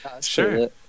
Sure